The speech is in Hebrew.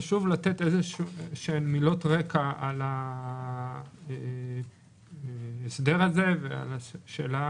חשוב לומר מילות רקע על ההסדר הזה ועל השאלה